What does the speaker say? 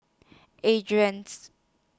Adrain